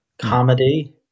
comedy